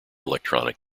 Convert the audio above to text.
electronic